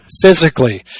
physically